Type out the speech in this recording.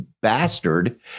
bastard